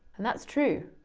and that's true,